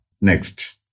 Next